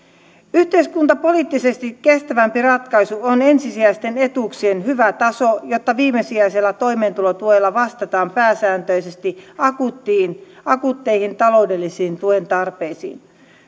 yhteiskuntapoliittisesti kestävämpi ratkaisu on ensisijaisten etuuksien hyvä taso jotta viimesijaisella toimeentulotuella vastataan pääsääntöisesti akuutteihin akuutteihin taloudellisiin tuen tarpeisiin